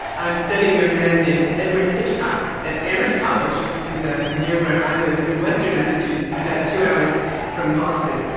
i'm studying a man named edward hitchcock at amherst college, this is ah near where i live in western massachusetts about two hours from boston.